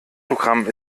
programm